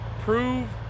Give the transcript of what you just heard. prove